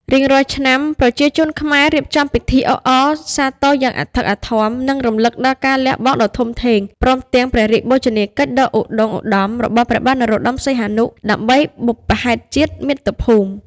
រៀងរាល់ឆ្នាំ ប្រជាជនខ្មែររៀបចំពិធីអបអរសាទរយ៉ាងអធិកអធម និងរំឭកដល់ការលះបង់ដ៏ធំធេង ព្រមទាំងព្រះរាជបូជនីយកិច្ចដ៏ឧត្តុង្គឧត្តមរបស់ព្រះបាទនរោត្ដម សីហនុ ដើម្បីបុព្វហេតុជាតិ មាតុភូមិ។